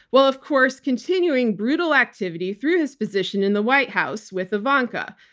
well, of course, continuing brutal activity through his position in the white house with ivanka,